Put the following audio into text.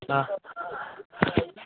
हँ